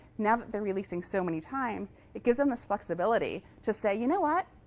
now that they're releasing so many times, it gives them this flexibility to say, you know what?